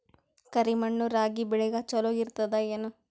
ಕರಿ ಮಣ್ಣು ರಾಗಿ ಬೇಳಿಗ ಚಲೋ ಇರ್ತದ ಏನು?